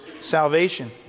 salvation